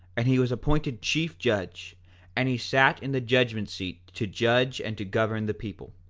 and he was appointed chief judge and he sat in the judgment-seat to judge and to govern the people.